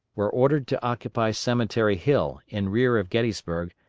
were ordered to occupy cemetery hill, in rear of gettysburg,